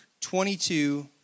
22